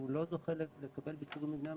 והוא לא זוכה לקבל ביקור מבני המשפחה,